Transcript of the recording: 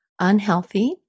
unhealthy